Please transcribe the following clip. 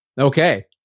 Okay